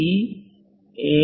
E A